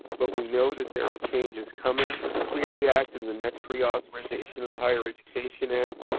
but we know that there are changes coming to the clery act in the next reauthorization to the higher education act.